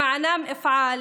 למענם אפעל,